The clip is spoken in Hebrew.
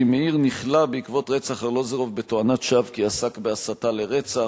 אחימאיר נכלא בעקבות רצח ארלוזורוב בתואנת שווא כי עסק בהסתה לרצח.